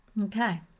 Okay